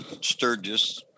Sturgis